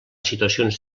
situacions